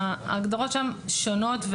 ההגדרות שם שונות,